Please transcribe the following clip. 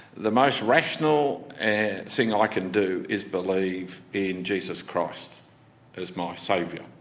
the most rational thing i can do is believe in jesus christ as my saviour.